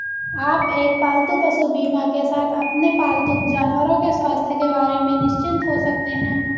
आप एक पालतू पशु बीमा के साथ अपने पालतू जानवरों के स्वास्थ्य के बारे में निश्चिंत हो सकते हैं